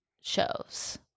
shows